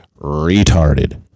retarded